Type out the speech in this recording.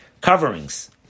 coverings